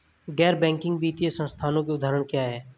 गैर बैंक वित्तीय संस्थानों के उदाहरण क्या हैं?